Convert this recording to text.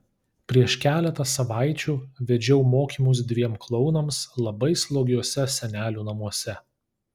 prieš keletą savaičių vedžiau mokymus dviem klounams labai slogiuose senelių namuose